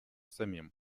самим